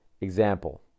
Example